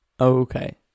Okay